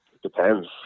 depends